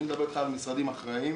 אני מדבר על משרדים אחראיים.